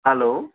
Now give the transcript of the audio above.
hello